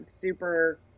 super